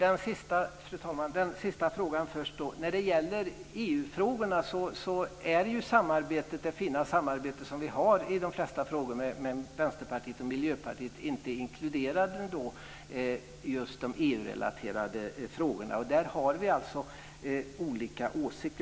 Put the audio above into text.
Fru talman! Den sista frågan tar jag först. I det fina samarbete som vi har i de flesta frågor med Vänsterpartiet och Miljöpartiet är EU-frågorna inte inkluderade. Där har vi olika åsikter.